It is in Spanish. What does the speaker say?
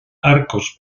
arcos